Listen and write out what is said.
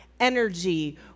Energy